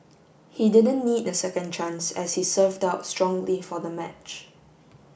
he didn't need a second chance as he served out strongly for the match